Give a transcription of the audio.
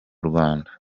rwanda